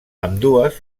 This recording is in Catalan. ambdues